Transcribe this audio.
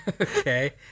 Okay